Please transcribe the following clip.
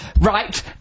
right